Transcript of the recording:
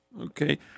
Okay